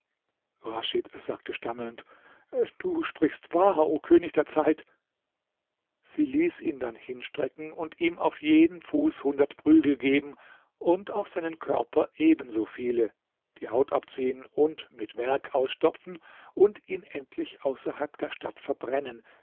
sagte stammelnd du sprichst wahr o könig der zeit sie ließ ihn dann hinstrecken und ihm auf jeden fuß hundert prügel geben und auf seinen körper ebenso viele die haut abziehen und mit werg ausstopfen und ihn endlich außerhalb der stadt verbrennen